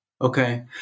Okay